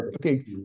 okay